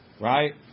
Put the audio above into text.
right